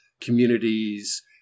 communities